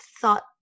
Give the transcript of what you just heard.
thought